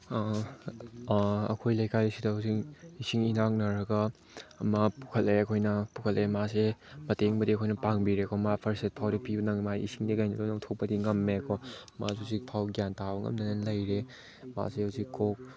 ꯑꯩꯈꯣꯏ ꯂꯩꯀꯥꯏꯁꯤꯗ ꯍꯧꯖꯤꯛ ꯏꯁꯤꯡ ꯏꯔꯥꯛꯅꯔꯒ ꯑꯃ ꯄꯨꯈꯠꯂꯦ ꯑꯩꯈꯣꯏꯅ ꯄꯨꯈꯠꯂꯦ ꯃꯥꯁꯦ ꯃꯇꯦꯡꯕꯨꯗꯤ ꯑꯩꯈꯣꯏꯅ ꯄꯥꯡꯕꯤꯔꯦꯀꯣ ꯃꯥ ꯐꯔꯁ ꯑꯦꯗ ꯐꯥꯎꯗꯤ ꯄꯤꯕ ꯅꯪꯏ ꯃꯥꯒꯤ ꯏꯁꯤꯡꯗꯒꯤ ꯀꯩꯅꯣ ꯂꯣꯏ ꯂꯧꯊꯣꯛꯄꯗꯤ ꯉꯝꯃꯦꯀꯣ ꯃꯥꯁꯤ ꯍꯧꯖꯤꯛꯐꯥꯎ ꯒ꯭ꯌꯥꯟ ꯇꯥꯕ ꯉꯝꯗꯅ ꯂꯩꯔꯦ ꯃꯥꯁꯦ ꯍꯧꯖꯤꯛ ꯀꯣꯛ